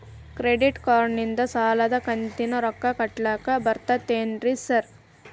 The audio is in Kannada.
ಕ್ರೆಡಿಟ್ ಕಾರ್ಡನಿಂದ ಸಾಲದ ಕಂತಿನ ರೊಕ್ಕಾ ಕಟ್ಟಾಕ್ ಬರ್ತಾದೇನ್ರಿ ಸಾರ್?